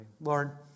Lord